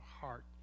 heart